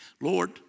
Lord